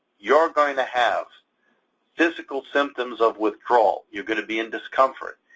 you're going to have physical symptoms of withdrawal. you're going to be in discomfort.